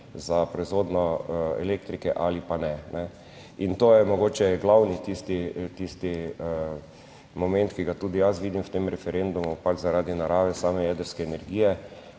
za proizvodnjo elektrike ali pa ne. In to je mogoče glavni tisti moment, ki ga tudi jaz vidim v tem referendumu, pač zaradi narave same jedrske energije,